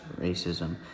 racism